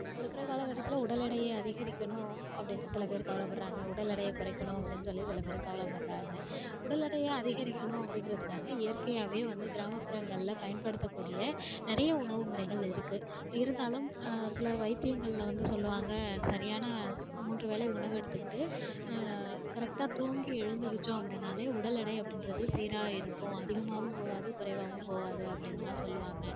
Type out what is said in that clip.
இப்போ இருக்கிற காலகட்டத்தில் உடல் எடையை அதிகரிக்கணும் அப்படின்னு சில பேரு கவலைப் படுறாங்க உடல் எடையை குறைக்கணும் அப்படின்னு சொல்லி சில பேரு கவலைப் படுறாங்க உடல் எடையை அதிகரிக்கணும் அப்படிங்கிறதுக்காக இயற்கையாவே வந்து கிராமப்புறங்களில் பயன்படுத்தக்கூடிய நிறைய உணவு முறைகள் இருக்குது இருந்தாலும் சில வைத்தியங்களில் வந்து சொல்லுவாங்கள் சரியான மூன்று வேளை உணவு எடுத்துக்கிட்டு கரெக்டா தூங்கி எழுந்திரிச்சோம் அப்படின்னாலே உடல் எடை அப்படின்றது சீரா இருக்கும் அதிகமாவும் போகாது குறைவாகவும் போகாது அப்படின்லாம் சொல்லுவாங்கள்